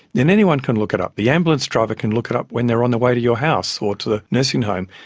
then anyone can look at up. the ambulance driver can look it up when they are on the way to your house or to the nursing home.